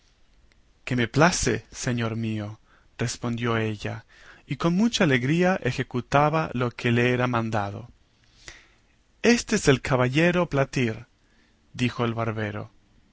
que me place señor mío respondía ella y con mucha alegría ejecutaba lo que le era mandado éste es el caballero platir dijo el barbero